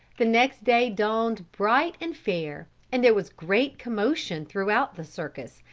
the next day dawned bright and fair and there was great commotion throughout the circus,